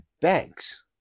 banks